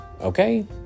okay